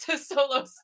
solo